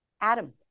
Adam